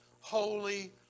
holy